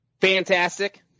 Fantastic